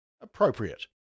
appropriate